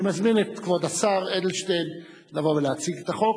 אני מזמין את כבוד השר אדלשטיין לבוא ולהציג את החוק.